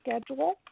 schedule